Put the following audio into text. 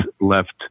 left